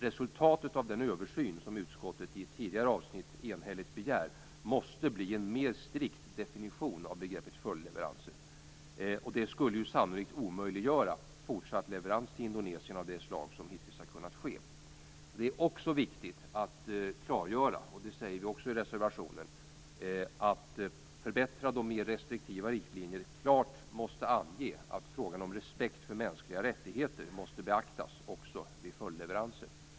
Resultatet av den översyn som utskottet i ett tidigare avsnitt enhälligt begär måste bli en mer strikt definition av begreppet följdleveranser. Det skulle sannolikt omöjliggöra fortsatt leverans till Indonesien av det slag som hittills har kunnat ske. Det är också viktigt att klargöra, och det säger vi också i reservationen, att förbättrade och mer restriktiva riktlinjer klart måste ange att frågan om respekt för mänskliga rättigheter måste beaktas också vid följdleveranser.